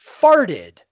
farted